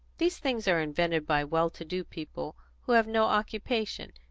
these things are invented by well-to-do people who have no occupation,